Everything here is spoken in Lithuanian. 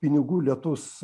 pinigų lietus